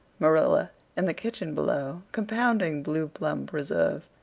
marilla in the kitchen below, compounding blue plum preserve,